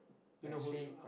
you know who you are